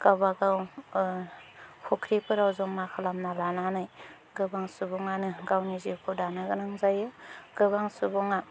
गावबा गाव फख्रिफोराव जमा खालामना लानानै गोबां सुबुङानो गावनि जिउखौ दानोगोनां जायो गोबां सुबुङा